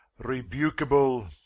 rebukable